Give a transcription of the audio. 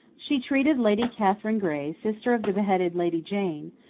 she treated lady catherine grey, sister of the beheaded lady jane,